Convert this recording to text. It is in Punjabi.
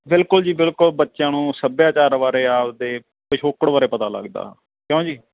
ਬਿਲਕੁਲ ਜੀ ਬਿਲਕੁਲ ਬੱਚਿਆਂ ਨੂੰ ਸੱਭਿਆਚਾਰ ਬਾਰੇ ਆਪਣੇ ਪਿਛੋਕੜ ਬਾਰੇ ਪਤਾ ਲੱਗਦਾ ਕਿਉਂ ਜੀ